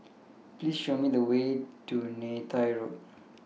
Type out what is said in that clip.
Please Show Me The Way to Neythai Road